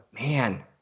Man